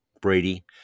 Brady